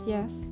Yes